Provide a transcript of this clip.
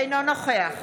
אינו נוכח